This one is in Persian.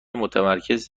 متمرکز